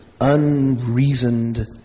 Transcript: unreasoned